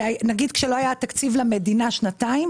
נגיד כשלא היה תקציב למדינה שנתיים